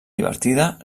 divertida